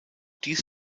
dies